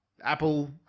Apple